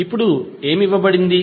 ఇప్పుడు ఏమి ఇవ్వబడింది